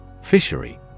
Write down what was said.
Fishery